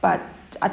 but I